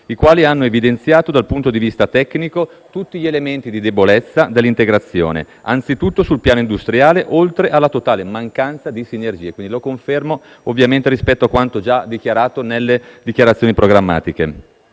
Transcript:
i quali hanno evidenziato dal punto di vista tecnico tutti gli elementi di debolezza dell'integrazione, anzitutto sul piano industriale, oltre alla totale mancanza di sinergie e pertanto ovviamente confermo quanto esposto nelle dichiarazioni programmatiche.